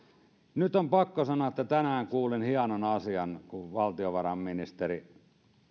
nyt on pakko sanoa että tänään kuulin hienon asian kun valtiovarainministeri